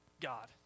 God